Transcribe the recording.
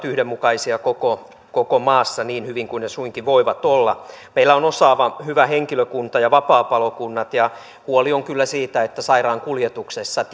yhdenmukaisia koko koko maassa niin hyvin kuin ne suinkin voivat olla meillä on osaava hyvä henkilökunta ja vapaapalokunnat huoli on kyllä siitä että sairaankuljetuksessa